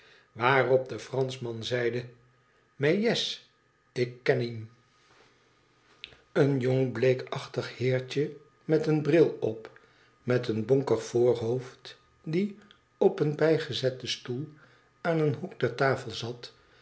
waarop de franschman zeide mais yes ik ken iem en jong bleekachtig heertje met een bril op met een bonkig voorhoofd die op een bijgezetten stoel aan een hoek der tafel zat